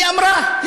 היא אמרה.